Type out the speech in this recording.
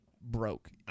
broke